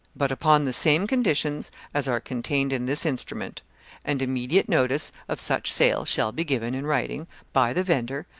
but upon the same conditions as are contained in this instrument and immediate notice of such sale shall be given in writing, by the vendor,